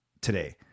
today